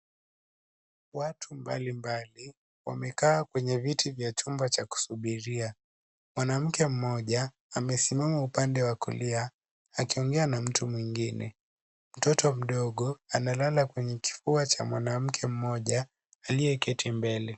Watu mbalimbali wamekaa kwenye viti vya chumba cha kusubiria. Mwanamke mmoja amesimama upande wa kulia akiongea na mtu mwingine. Mtoto mdogo analala kwenye kifua cha mwanamke mmoja aliyeketi mbele.